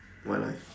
in my life